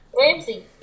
Ramsey